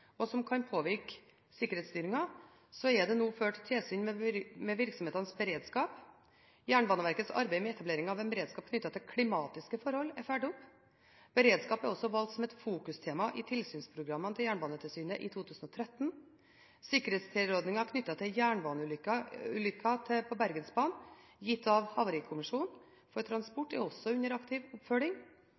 og som kan påvirke sikkerhetsstyringen: Det er ført tilsyn med virksomhetenes beredskap. Jernbaneverkets arbeid med etablering av en beredskap knyttet til klimatiske forhold er fulgt opp. Beredskap er valgt som et fokustema i Jernbanetilsynets tilsynsprogram for 2013. Sikkerhetstilrådninger knyttet til jernbaneulykker på Bergensbanen gitt av Statens Havarikommisjon for Transport er under aktiv oppfølging.